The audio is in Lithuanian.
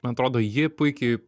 man atrodo ji puikiai